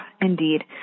Indeed